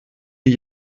die